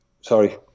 sorry